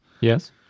Yes